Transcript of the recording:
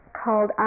called